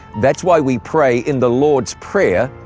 that's why we pray in the lord's prayer,